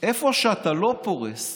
איפה שאתה לא פורס,